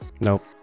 Nope